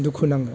दुखु नाङो